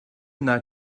yna